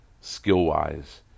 skill-wise